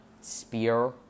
spear